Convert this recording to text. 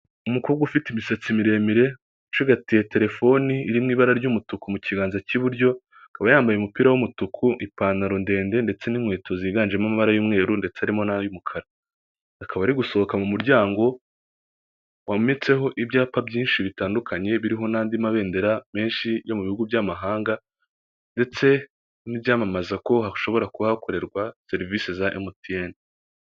Umukobwa ufite imisatsi miremire ucigatiye telefoni iri mu ibara ry'umutuku mu kiganza cy'iburyo akaba yambaye umupira w'umutuku ipantaro ndende ndetse n'inkweto ziganjemo amabara y'mweru ndetse harimo n'ay'umukara akaba ari gusohoka mu muryango wometseho ibyapa byinshi bitandukanye biriho n'andi mabendera menshi yo mu bihugu by'amahanga ndetse n'ibyamamaza ko hashobora kuhakorerwa serivisi za mtn.